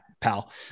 pal